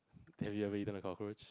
have you ever eaten the cockroach